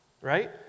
Right